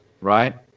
right